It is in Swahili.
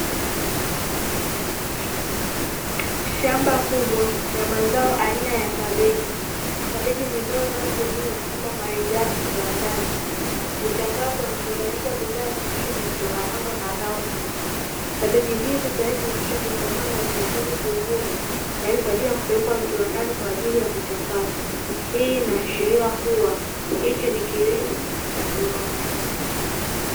Shamba kubwa la mazao aina ya kabeji; kabeji ni zao linalotumiwa kama malighafi viwandani, huchakatwa na kuzalisha bidhaa nyingine zitokanazo na zao hilo. Kabeji hizi tayari zimekwishakukomaa kukomaa na zinahitaji kuvunwa, tayari kwa ajili ya kupelekwa viwandani, kwa ajili ya kuchakatwa. Hii inaashiria kuwa, hichi ni kilimo cha viwanda.